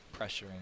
pressuring